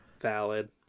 Valid